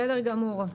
בסדר גמור.